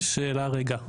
שאלה רגע,